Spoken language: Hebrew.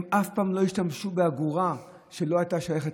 הם אף פעם לא השתמשו באגורה שלא הייתה שייכת